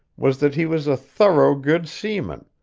was that he was a thorough good seaman,